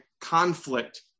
conflict